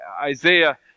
Isaiah